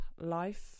life